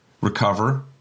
recover